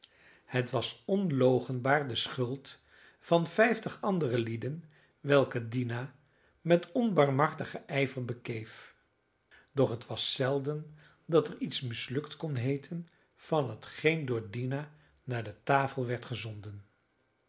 het was onloochenbaar de schuld van vijftig andere lieden welke dina met onbarmhartigen ijver bekeef doch het was zelden dat er iets mislukt kon heeten van hetgeen door dina naar de tafel werd gezonden